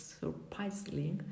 surprisingly